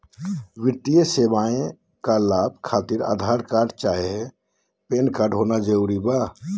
वित्तीय सेवाएं का लाभ खातिर आधार कार्ड चाहे पैन कार्ड होना जरूरी बा?